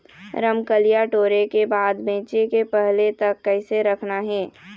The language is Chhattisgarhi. रमकलिया टोरे के बाद बेंचे के पहले तक कइसे रखना हे?